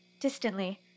Distantly